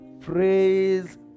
praise